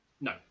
No